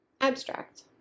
Abstract